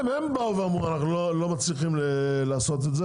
הם באו ואמרו אנחנו לא מצליחים לעשות את זה,